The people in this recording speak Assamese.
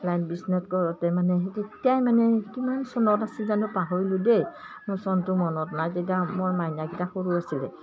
লাইন বিচনে কৰোঁতে মানে সেই তেতিয়াই মানে কিমান চনত আছিল জানো পাহৰিলোঁ দেই মোৰ চনটো মনত নাই তেতিয়া মোৰ মাইনাকেইটা সৰু আছিলে